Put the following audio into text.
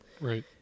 right